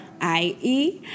I-E